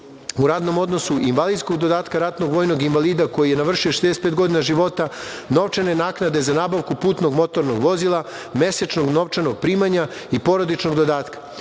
u radnom odnosu, invalidskog dodatka ratnog vojnog invalida koji je navršio 65 godina života, novčane naknade za nabavku putnog motornog vozila, mesečnog novčanog primanja i porodičnog dodatka. Ovim